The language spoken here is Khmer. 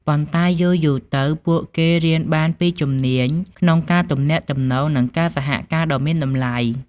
ប៉ុន្តែយូរៗទៅ ពួកគេរៀនបានពីជំនាញក្នុងការទំនាក់ទំនង និងការសហការដ៏មានតម្លៃ។